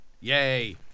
yay